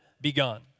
begun